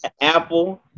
Apple